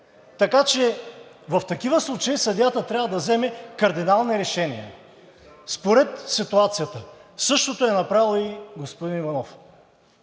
Така че в такива случаи съдията трябва да вземе кардинални решения според ситуацията. Същото е направил и господин Иванов,